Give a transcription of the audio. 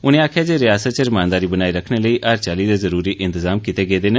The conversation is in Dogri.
उनें आक्खेया जे रियासत च रमानदारी बनाई रक्खने लेई हर चाल्ली दे जरूरी इंतजाम कीते गेदे न